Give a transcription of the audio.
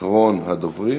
אחרון הדוברים,